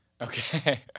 okay